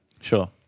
Sure